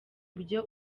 byo